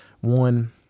One